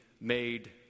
made